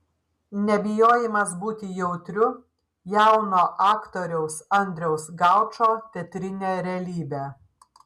nebijojimas būti jautriu jauno aktoriaus andriaus gaučo teatrinė realybė